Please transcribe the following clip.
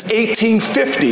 1850